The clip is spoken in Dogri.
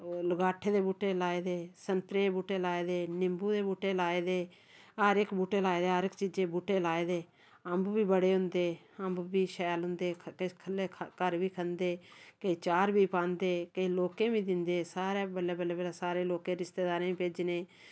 ओह् लगाठें दे बूहटे लाए दे संतरे दे बूहटे लाए दे निम्बू दे बूहटे लाए दे हर इक बूहटे लाए दे हर इक चीजे दे बूहटे लाए दे अम्ब बी बड़े होंदे अम्ब बी शैल होंदे खुल्ले घर बी खंदे किश अचार बी पांदे किश लोकें गी बी दिंदे सारे बल्ले बल्ले सारे लोकें रिश्तेदारें गी भेजने